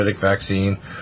vaccine